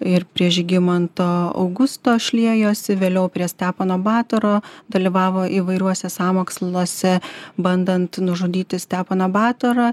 ir prie žygimanto augusto šliejosi vėliau prie stepono batoro dalyvavo įvairiuose sąmoksluose bandant nužudyti steponą batorą